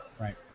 Right